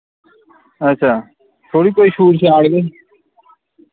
अच्छा थोह्ड़ी कोई शूट शाट